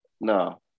No